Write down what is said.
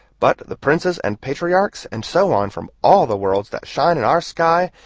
but the princes and patriarchs and so on from all the worlds that shine in our sky,